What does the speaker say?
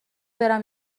برم